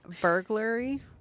burglary